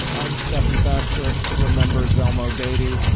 i'm stefan fatsis. remember zelma obeidy?